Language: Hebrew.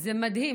זה מדהים,